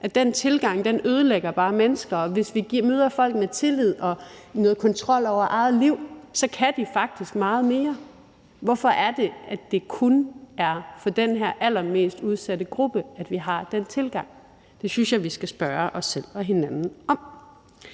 at den tilgang bare ødelægger mennesker, og at folk, hvis vi møder dem med tillid og noget kontrol over eget liv, faktisk kan meget mere. Hvorfor er det, at det kun er over for den her allermest udsatte gruppe, vi har den tilgang? Det synes jeg vi skal spørge os selv og hinanden om.